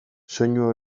soinu